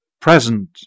present